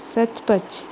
सचु पचु